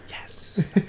Yes